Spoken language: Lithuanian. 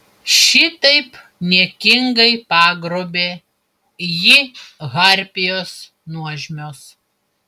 šitaip niekingai pagrobė jį harpijos nuožmios